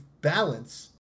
balance